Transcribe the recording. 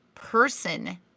person